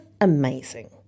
amazing